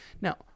now